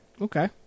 Okay